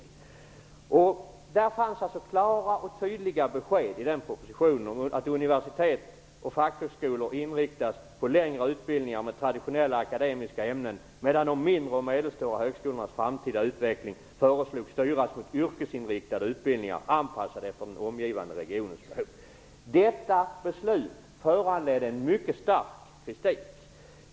Det fanns i den propositionen klara och tydliga besked om att universitet och fackhögskolor skulle inriktas på längre utbildningar med traditionella akademiska ämnen medan de mindre och medelstora högskolornas framtida utveckling föreslogs skola styras mot yrkesinriktade utbildningar anpassade för den omgivande regionens behov. Detta beslut föranledde en mycket stark kritik.